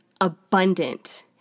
abundant